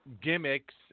gimmicks